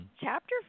Chapter